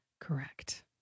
Correct